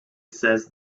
says